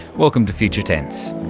welcome to future tense.